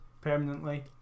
permanently